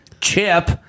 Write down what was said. chip